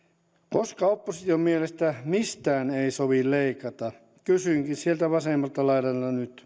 koska opposition mielestä mistään ei sovi leikata kysynkin sieltä vasemmalta laidalta nyt